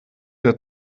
der